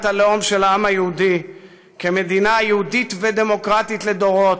הלאום של העם היהודי מדינה יהודית ודמוקרטית לדורות,